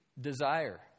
desire